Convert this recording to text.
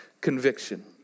Conviction